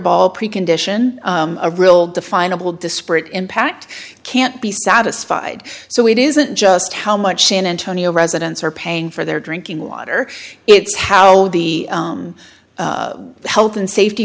ball precondition a real definable disparate impact can't be satisfied so it isn't just how much san antonio residents are paying for their drinking water it's how the health and safety